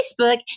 Facebook